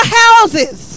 houses